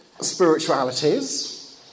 spiritualities